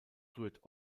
rührt